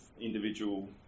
individual